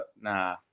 nah